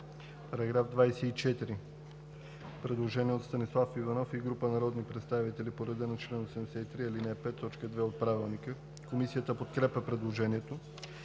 По § 27 има предложение от Станислав Иванов и група народни представители по реда на чл. 83, ал. 5, т. 2 от Правилника. Комисията подкрепя предложението.